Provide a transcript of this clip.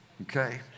Okay